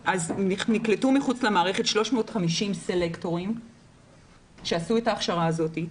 נקלטו מחוץ למערכת 350 סלקטורים שעשו את ההכשרה הזאת,